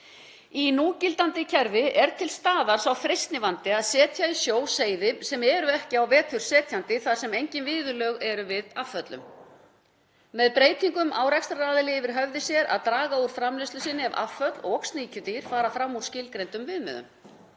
Í núgildandi kerfi er til staðar sá freistnivandi að setja í sjó seiði sem eru ekki á vetur setjandi þar sem engin viðurlög eru við afföllum. Með breytingum á rekstraraðili yfir höfði sér að draga úr framleiðslu sinni ef afföll og sníkjudýr fara fram úr skilgreindum viðmiðum.